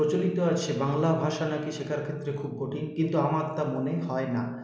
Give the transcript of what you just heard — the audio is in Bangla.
প্রচলিত আছে বাংলা ভাষা নাকি শেখার ক্ষেত্রে খুব কঠিন কিন্তু আমার তা মনে হয় না